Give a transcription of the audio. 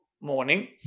morning